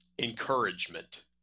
encouragement